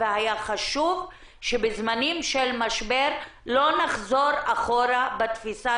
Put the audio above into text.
והיה חשוב שבזמנים של משבר לא נחזור אחורה בתפיסה